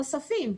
נוספים.